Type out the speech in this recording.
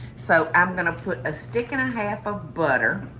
so i'm going to put a stick and a half of butter